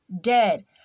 dead